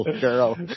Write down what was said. girl